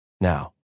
now